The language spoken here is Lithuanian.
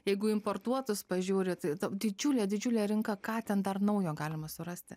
jeigu importuotus pažiūrit didžiulė didžiulė rinka ką ten dar naujo galima surasti